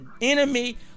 enemy